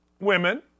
women